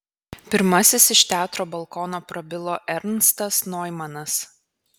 pirmasis iš teatro balkono prabilo ernstas noimanas